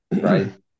Right